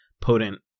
potent